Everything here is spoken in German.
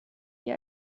die